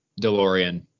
DeLorean